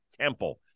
temple